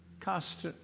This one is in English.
cast